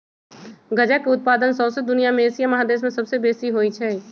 गजा के उत्पादन शौसे दुनिया में एशिया महादेश में सबसे बेशी होइ छइ